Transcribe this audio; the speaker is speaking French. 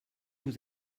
vous